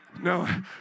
No